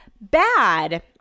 bad